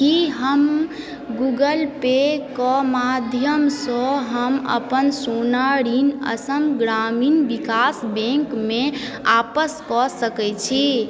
की हम Google pay क माध्यमसँ हम अपन सोना ऋण असम ग्रामीण विकास बैङ्क मे आपसकऽ सकै छी